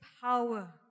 power